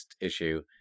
issue